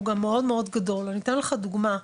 מאוד מאוד גדול ואני אתן לך דוגמה,